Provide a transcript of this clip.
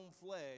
flesh